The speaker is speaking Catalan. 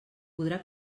podrà